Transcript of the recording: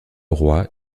roi